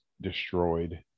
destroyed